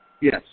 Yes